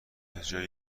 بجای